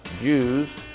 Jews